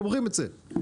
הם אומרים את זה.